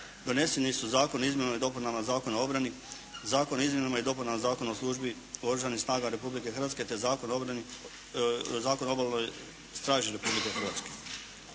Doneseni su Zakon o izmjenama i dopunama Zakona o obrani, Zakon o izmjenama i dopunama Zakona o službi Oružanih snaga Republike Hrvatske te Zakon o Obalnoj straži Republike Hrvatske.